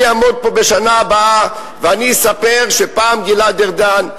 אני אעמוד פה בשנה הבאה ואני אספר שפעם גלעד ארדן,